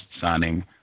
signing